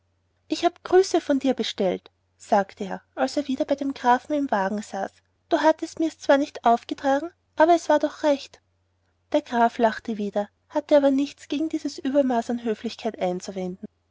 ich habe grüße von dir bestellt sagte er als er wieder bei dem grafen im wagen saß du hattest mir's zwar nicht aufgetragen aber es war doch recht der graf lachte wieder hatte aber nichts gegen dieses uebermaß an höflichkeit einzuwenden